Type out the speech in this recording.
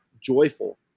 joyful